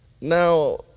Now